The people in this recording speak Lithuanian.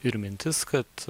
ir mintis kad